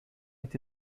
ate